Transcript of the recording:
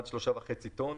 עד 3.5 טון,